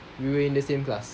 we were in the same class